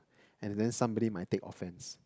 and then somebody might take offense